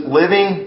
living